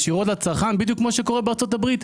ישירות לצרכן בדיוק כמו שקורה בארצות-הברית.